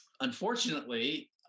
unfortunately